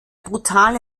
brutale